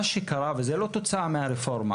מה שקרה, וזה לא כתוצאה מהרפורמה.